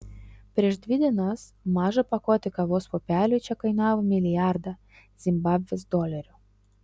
prieš dvi dienas maža pakuotė kavos pupelių čia kainavo milijardą zimbabvės dolerių